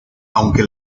aunque